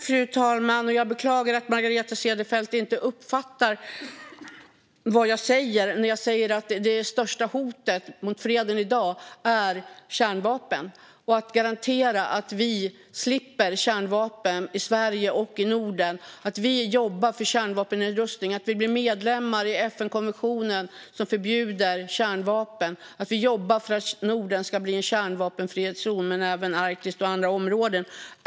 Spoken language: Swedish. Fru talman! Jag beklagar att Margareta Cederfelt inte uppfattar vad jag säger när jag säger att det största hotet mot freden i dag är kärnvapen. Det gäller att garantera att vi slipper kärnvapen i Sverige och i Norden. Vi ska jobba för kärnvapennedrustning och för att bli medlemmar i FN-konventionen som förbjuder kärnvapen. Vi ska jobba för att Norden ska bli en kärnvapenfri zon men även Arktis och andra områden.